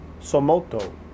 Somoto